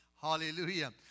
hallelujah